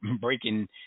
breaking